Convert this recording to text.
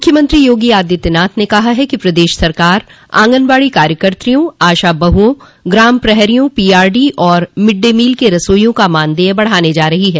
मुख्यमंत्री योगी आदित्यनाथ ने कहा है कि प्रदेश सरकार आंगनबाड़ी कार्यकत्रियों आशा बहुओं ग्राम पहरियों पीआरडी और मिड डे मील के रसाईयों का मानदेय बढ़ाने जा रही हैं